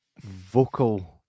vocal